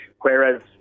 Whereas